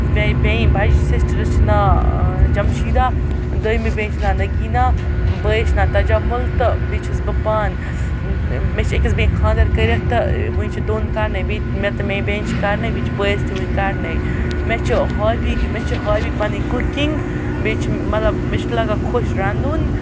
بیٚیہِ بٮ۪نہِ بَجہِ سِسٹَرَس چھِ ناو جَمشیٖداہ دۄیِمہِ بٮ۪نہِ چھِ ناو نٔگیٖنا بٲیِس چھِ ناو تَجَمُل تہٕ بیٚیہِ چھَس بہٕ پانہٕ مےٚ چھِ أکِس بٮ۪نہِ خانٛدَر کٔرِتھ تہٕ وٕنۍ چھِ دۄن کَرنَے بیٚیہِ مےٚ تہٕ میٛانہِ بٮ۪نہِ چھِ کَرنَے بیٚیہِ چھِ بٲیِس تہِ وٕنۍ کَرنَے مےٚ چھےٚ ہابی مےٚ چھِ ہابی پَنٕنۍ کُکِنٛگ بیٚیہِ چھِ مطلب مےٚ چھِ لَگان خۄش رَنُن